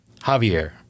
Javier